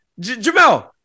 Jamel